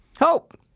Hope